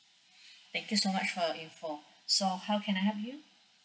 thank you so much for your info so how can I help you